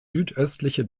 südöstliche